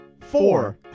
four